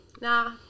nah